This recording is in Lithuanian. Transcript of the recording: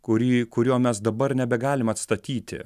kurį kurio mes dabar nebegalim atstatyti